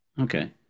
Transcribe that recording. Okay